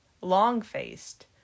long-faced